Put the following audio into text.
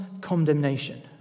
condemnation